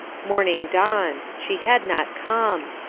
morning dawned she had not come.